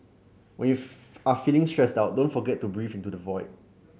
when you are feeling stressed out don't forget to breathe into the void